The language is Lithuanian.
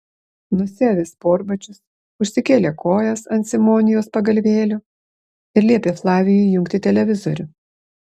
nusiavė sportbačius užsikėlė kojas ant simonijos pagalvėlių ir liepė flavijui įjungti televizorių